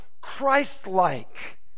Christ-like